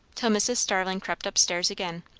till mrs. starling crept up-stairs again.